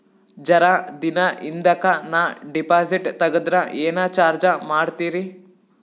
ಜರ ದಿನ ಹಿಂದಕ ನಾ ಡಿಪಾಜಿಟ್ ತಗದ್ರ ಏನ ಚಾರ್ಜ ಮಾಡ್ತೀರಿ?